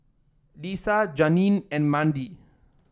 Lesia Janeen and Mandy